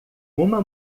uma